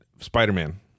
Spider-Man